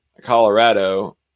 Colorado